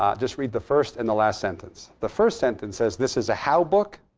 um just read the first and the last sentence. the first sentence says this is a how book,